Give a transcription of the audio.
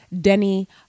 Denny